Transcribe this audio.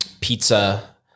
pizza